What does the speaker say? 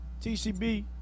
tcb